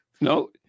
No